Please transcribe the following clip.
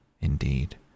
Indeed